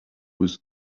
with